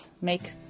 make